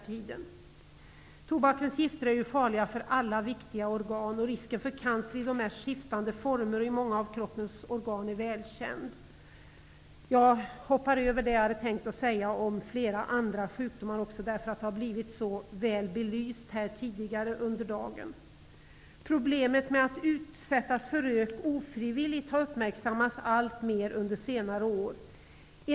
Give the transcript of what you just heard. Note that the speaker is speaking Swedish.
Tobakens gifter är farliga för alla viktiga organ. Risken för cancer i de mest skiftande former och i många av kroppens organ är välkänd. Jag hoppar över det jag hade tänkt säga om flera andra sjukdomar, för det har väl belysts tidigare under dagen. Problemet med att utsättas för rök ofrivilligt har uppmärksammats alltmer under senare år.